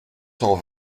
cent